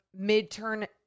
midterm